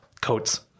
coats